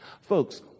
Folks